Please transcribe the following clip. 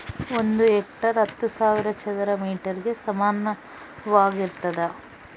ಒಂದು ಹೆಕ್ಟೇರ್ ಹತ್ತು ಸಾವಿರ ಚದರ ಮೇಟರ್ ಗೆ ಸಮಾನವಾಗಿರ್ತದ